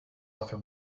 author